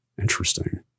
Interesting